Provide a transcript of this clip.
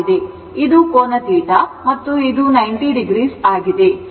ಇದು ಕೋನ θ ಮತ್ತು ಇದು 90 ಡಿಗ್ರಿ ಆಗಿದೆ